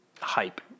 hype